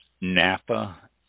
Napa